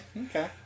Okay